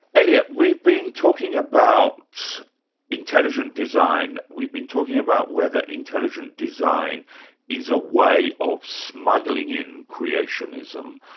elliot, we've been talking about intelligent design, we've been talking about whether intelligent design is a way of smuggling in creationism.